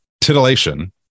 titillation